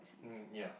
mm yea